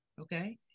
Okay